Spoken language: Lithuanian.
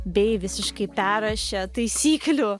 bei visiškai perrašė taisyklių